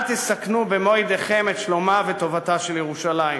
אל תסכנו במו-ידיכם את שלומה וטובתה של ירושלים,